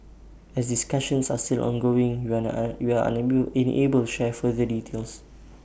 as discussions are still ongoing we are we are unable enable share further details